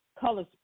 colors